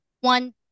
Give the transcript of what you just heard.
one